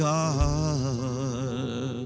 God